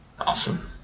Awesome